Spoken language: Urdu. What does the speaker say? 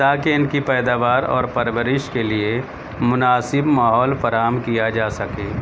تاکہ ان کی پیداوار اور پرورش کے لیے مناسب ماحول فراہم کیا جا سکے